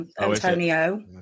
Antonio